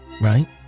right